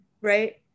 right